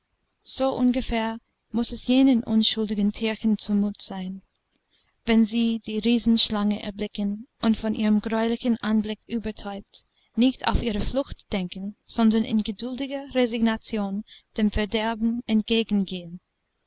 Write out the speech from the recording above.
so ungefähr muß es jenen unschuldigen tierchen zu mut sein wenn sie die riesenschlange erblicken und von ihrem greulichen anblick übertäubt nicht auf ihre flucht denken sondern in geduldiger resignation dem verderben entgegengehen